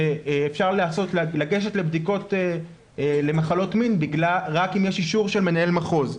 שאפשר לגשת לבדיקות למחלות מין רק אם יש אישור של מנהל מחוז.